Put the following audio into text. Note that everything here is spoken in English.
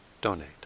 donate